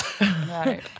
Right